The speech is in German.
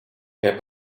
herr